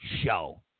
show